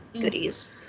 goodies